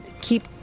keep